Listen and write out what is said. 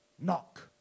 Knock